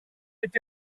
est